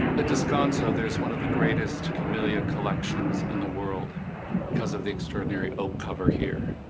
descanso there's one of the greatest camellia collections in the world because of the extraordinary oak cover here.